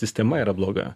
sistema yra bloga